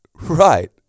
Right